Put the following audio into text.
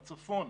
בצפון?